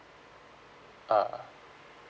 (uh huh)